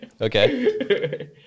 Okay